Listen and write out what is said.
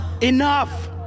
Enough